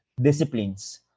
disciplines